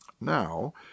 Now